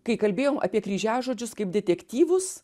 kai kalbėjom apie kryžiažodžius kaip detektyvus